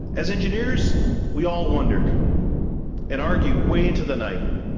as engineers we all wondered and argued way into the night.